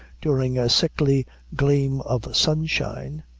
during a sickly gleam of sunshine,